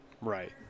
Right